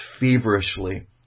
feverishly